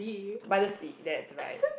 by the see that's right